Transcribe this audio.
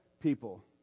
people